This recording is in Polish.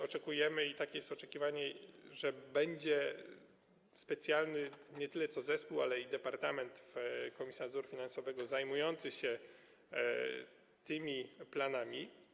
Oczekujemy, takie jest oczekiwanie, że będzie specjalny nie tyle zespół, co departament w Komisji Nadzoru Finansowego zajmujący się tymi planami.